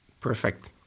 Perfect